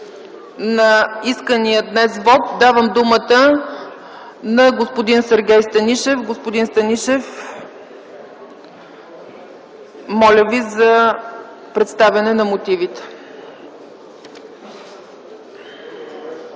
на искания днес вот, давам думата на господин Сергей Станишев. Господин Станишев, моля Ви за представяне на мотивите.